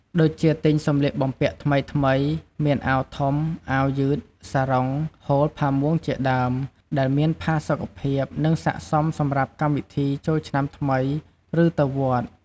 ដូចជាទិញសម្លៀកបំពាក់ថ្មីៗ មានអាវធំ អាវយឺត សារុង ហូល ផាមួងជាដើម ដែលមានផាសុកភាព និងស័ក្តិសមសម្រាប់កម្មវិធីចូលឆ្នាំ ឬទៅវត្ត។